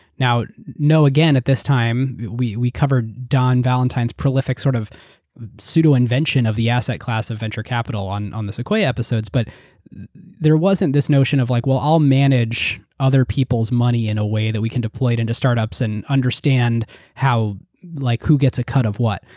now, know again at this time, we we covered don valentine's prolific sort of pseudo-invention of the asset class of venture capital on on the sequoia episodes, but there wasn't this notion of, like aeuroewell, i'll manage other people's money in a way that we can deploy it into startups and understand like who gets a cut of what.